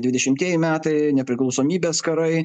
dvidešimtieji metai nepriklausomybės karai